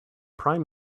prime